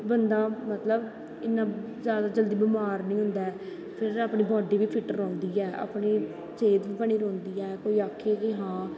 बंदा मतलव इन्ना जादा जल्दी बमार नी होंदा ऐ फिर अपनी बॉडी बी फिट्ट रौंह्दी ऐ अपनी सेह्त बी बनी रौंह्दी ऐ कोई आक्खै हां